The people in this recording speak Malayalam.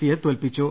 സിയെ തോൽപ്പിച്ചു